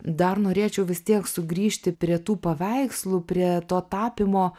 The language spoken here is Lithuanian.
dar norėčiau vis tiek sugrįžti prie tų paveikslų prie to tapymo